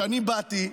כשאני באתי,